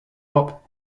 hop